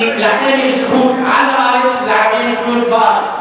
כי לכם יש זכות על הארץ ולערבים יש זכות בארץ.